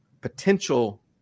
potential